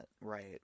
right